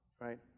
right